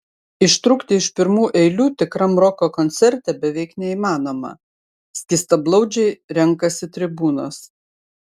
ištrūkti iš pirmų eilių tikram roko koncerte beveik neįmanoma skystablauzdžiai renkasi tribūnas